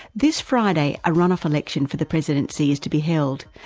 this friday, a run-off election for the presidency is to be held.